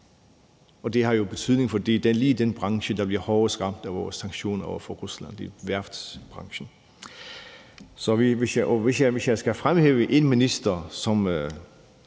Det har jo betydning, for lige i den branche er vi hårdest ramt af vores sanktioner over for Rusland; det er værftsbranchen. Og hvis jeg skal fremhæve en minister,